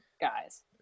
guys